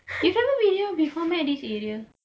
you never been here before meh this area